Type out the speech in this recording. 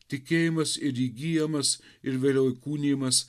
tikėjimas ir įgyjamas ir vėliau įkūnijimas